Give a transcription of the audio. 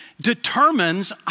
determines